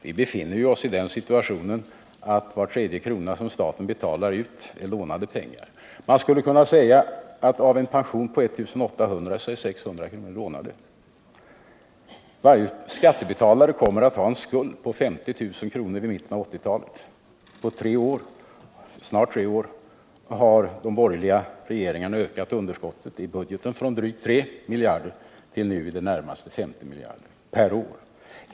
Vi befinner oss ju i den situationen att var tredje krona som staten betalar ut är lånade pengar. Man skulle kunna säga att av en pension på 1 800 kr. är 600 kr. upplånade. Varje skattebetalare kommer att ha en skuld på 50 000 kr. i mitten på 1980-talet. På snart tre år har de borgerliga regeringarna ökat underskotten i budgeten från drygt 3 miljarder till nu i det närmaste 50 miljarder per år.